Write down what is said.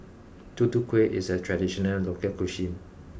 Tutu Kueh is a traditional local cuisine